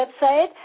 website